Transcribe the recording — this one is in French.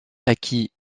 acquis